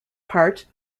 part